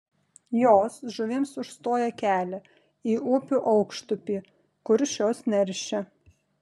jos žuvims užstoja kelia į upių aukštupį kur šios neršia